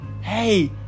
hey